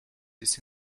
this